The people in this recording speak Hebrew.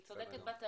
כי צודקת בת עמי,